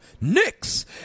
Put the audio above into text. Knicks